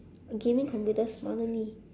gaming computers mana ni